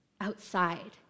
outside